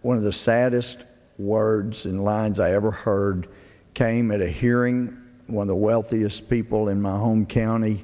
one of the saddest words in the lines i ever heard came at a hearing when the wealthiest people in my home county